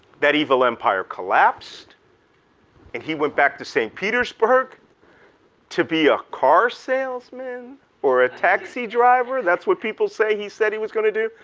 that evil empire collapsed and he went back to st. petersburg to be a car salesman or a taxi driver. that's what people say he said he was gonna do.